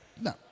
No